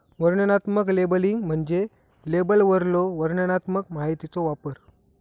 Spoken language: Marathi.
वर्णनात्मक लेबलिंग म्हणजे लेबलवरलो वर्णनात्मक माहितीचो वापर